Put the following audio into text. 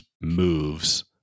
moves